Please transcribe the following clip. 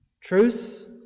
Truth